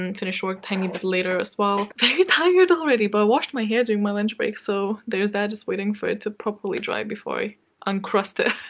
um finished work a tiny bit later as well very tired already but i washed my hair during my lunch break. so, there's that. just waiting for it to properly dry before i uncrust it.